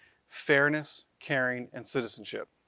fairness, caring, and citizenship.